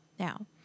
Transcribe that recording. Now